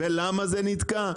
ולמה זה נתקע?